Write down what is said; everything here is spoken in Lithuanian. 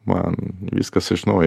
man viskas iš naujo